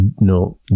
No